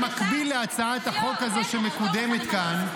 במקביל להצעת החוק הזו שמקודמת כאן,